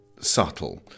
subtle